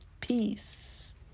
peace